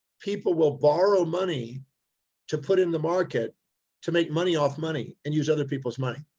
people will borrow money to put in the market to make money off money and use other people's money.